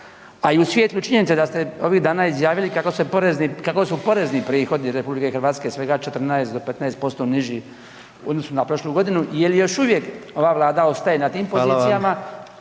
a i u svijetlu činjenice da ste ovih dana izjavili kako su porezni prihodi RH svega 14 do 15% niži u odnosu na prošlu godinu, je li još uvijek ova vlada ostaje na tim pozicijama